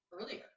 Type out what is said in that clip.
earlier